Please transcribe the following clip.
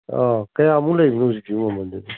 ꯀꯌꯥꯃꯨꯛ ꯂꯩꯔꯤꯅꯣ ꯍꯧꯖꯤꯛꯁꯤꯕꯨ ꯃꯃꯟꯗꯗꯤ